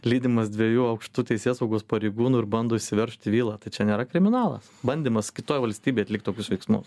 lydimas dviejų aukštų teisėsaugos pareigūnų ir bando įsiveržt į vilą tai čia nėra kriminalas bandymas kitoj valstybėj atlikt tokius veiksmus